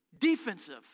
Defensive